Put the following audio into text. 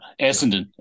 Essendon